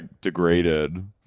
degraded